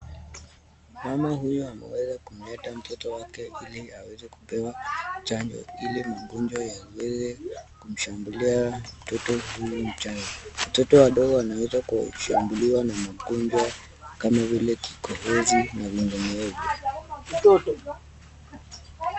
Mama huyu ameweza kumleta mtoto wake hili aweze kupewa chanjo. Hili magonjwa yaweza kumshambulia mtoto huyu mchanga. Watoto wadogo wanaweza kushambulia na magonjwa kama vile kikohozi na magonjwa mengine.